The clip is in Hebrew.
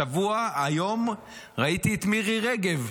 השבוע, היום ראיתי את מירי רגב,